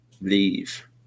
leave